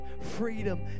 freedom